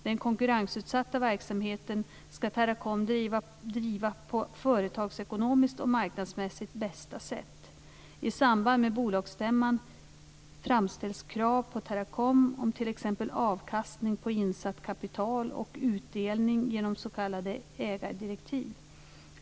Den konkurrensutsatta verksamheten ska Teracom driva på företagsekonomiskt och marknadsmässigt bästa sätt. I samband med bolagsstämman framställs krav på Teracom om t.ex. avkastning på insatt kapital och utdelning genom s.k. ägardirektiv.